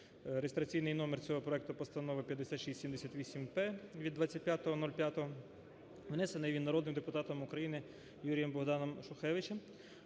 Реєстраційний номер цього проекту Постанови 5678-П від 25.05. Внесений він народним депутатом України Юрієм-Богданом Шухевичем.